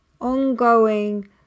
ongoing